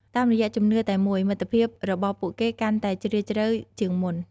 តាមរយៈជំនឿតែមួយ មិត្តភាពរបស់ពួកគេកាន់តែជ្រាលជ្រៅជាងមុន។